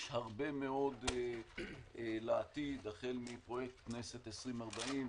הרבה מאוד לעתיד - החל מפרויקט כנסת 2040,